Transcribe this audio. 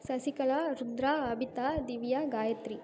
Sasikala Rudra Abitha Divya Gayatri